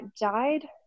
died